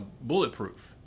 bulletproof